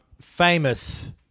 famous